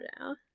now